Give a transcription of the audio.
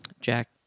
Jack